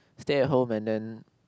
stay at home and then